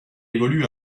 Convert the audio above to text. évolue